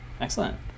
Excellent